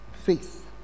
faith